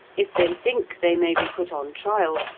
if they think they may be put on trial,